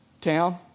town